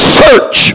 search